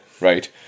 right